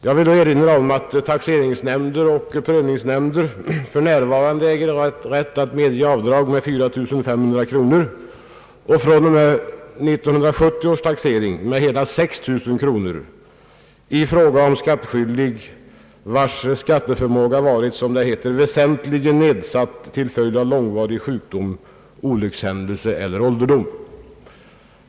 Jag vill erinra om att taxeringsnämnder och prövningsnämnder för närvarande äger rätt att medge avdrag med 4 500 kronor och fr.o.m. 1970 års taxering med hela 6 000 kronor i fråga om skattskyldig vars skatteförmåga varit, som det heter, väsentligen nedsatt till följd av långvarig sjukdom, olycksfall eller ålderdom.